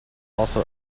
also